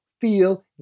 feel